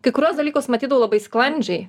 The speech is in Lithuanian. kai kuriuos dalykus matydavau labai sklandžiai